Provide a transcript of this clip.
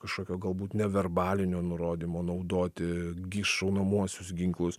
kažkokio galbūt neverbalinio nurodymo naudoti šaunamuosius ginklus